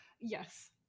yes